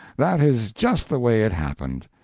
that is just the way it happened.